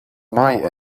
mai